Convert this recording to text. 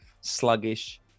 sluggish